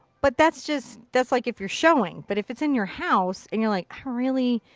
but that's just that's like if you're showing. but if it's in your house and you're like, i really.